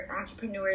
entrepreneurs